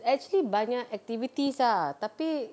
actually banyak activities ah tapi